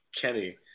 Kenny